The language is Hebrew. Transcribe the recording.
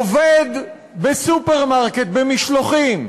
עובד בסופרמרקט במשלוחים,